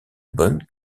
bonne